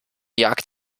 jagd